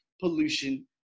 pollution